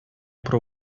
про